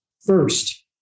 first